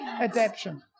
Adaption